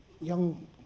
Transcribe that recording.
young